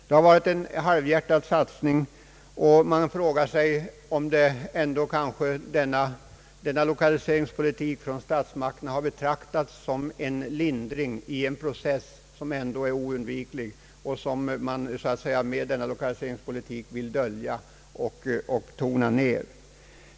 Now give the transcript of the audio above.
Det har varit en halvhjärtad satsning. Man frågar sig om lokaliseringspolitiken av statsmakterna har betraktats som en lindring i en process som ändå är oundviklig och som man med lokaliseringspolitiken velat dölja och tona ner.